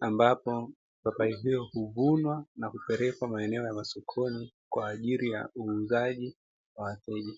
ambapo mipapai hiyo huvunwa na kupelekwa maeneo ya masokoni kwa ajili ya uuzaji kwa wateja.